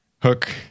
Hook